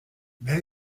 wer